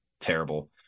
terrible